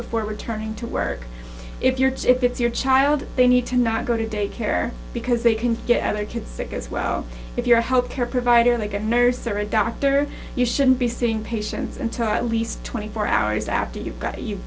before returning to work if you're to fits your child they need to not go to daycare because they can get other kids sick as well if your health care provider like a nurse or a doctor you shouldn't be seeing patients until at least twenty four hours after you've got you've